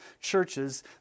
churches